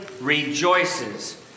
rejoices